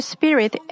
Spirit